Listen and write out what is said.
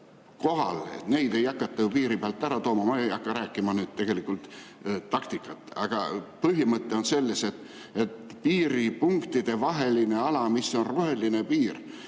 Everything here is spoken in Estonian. kohal, neid ei hakata ju piiri pealt ära tooma. Ma ei hakka rääkima taktikast. Aga põhimõte on selles, et piiripunktidevaheline ala, mis on roheline piir,